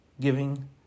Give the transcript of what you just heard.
giving